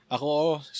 Ako